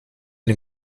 den